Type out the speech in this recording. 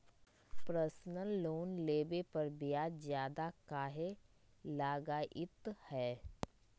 Personal loan लेबे पर ब्याज ज्यादा काहे लागईत है?